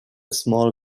small